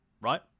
right